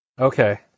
Okay